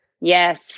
Yes